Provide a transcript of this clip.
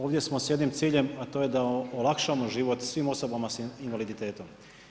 Ovdje smo s jednim ciljem, a to je da olakšamo život svim osobama s invaliditetom.